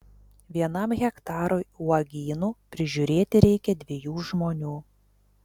vienam hektarui uogynų prižiūrėti reikia dviejų žmonių